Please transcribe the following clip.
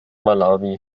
malawi